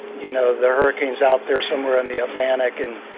you know, the hurricanes out there somewhere in the atlantic. and,